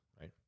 right